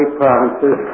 provinces